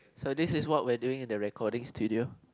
so this is what we're doing in the recording studio